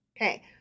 okay